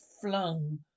flung